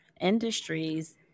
industries